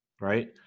right